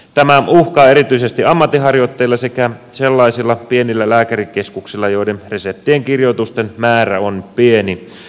tämä uhka on erityisesti ammatinharjoittajilla sekä sellaisilla pienillä lääkärikeskuksilla joiden reseptien kirjoitusten määrä on pieni